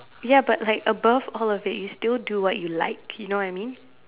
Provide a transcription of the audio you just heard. ya but like above all of it you still do what you like you know what I mean